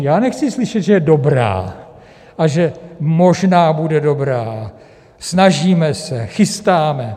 Já nechci slyšet, že je dobrá a že možná bude dobrá, snažíme se, chystáme.